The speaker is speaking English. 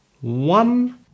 one